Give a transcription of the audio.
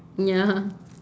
ya